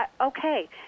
Okay